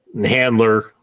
handler